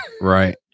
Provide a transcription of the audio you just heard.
right